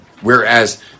Whereas